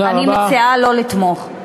אני מציעה לא לתמוך.